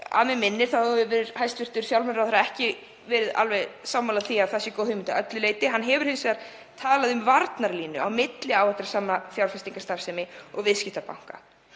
mig minnir hefur hæstv. fjármálaráðherra ekki verið alveg sammála því að það sé góð hugmynd að öllu leyti. Hann hefur hins vegar talað um varnarlínu milli áhættusamrar fjárfestingarstarfsemi og viðskiptabanka.